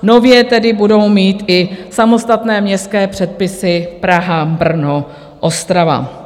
Nově tedy budou mít i samostatné městské předpisy Praha, Brno, Ostrava.